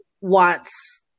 wants